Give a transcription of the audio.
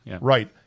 right